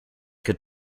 could